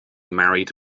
married